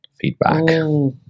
feedback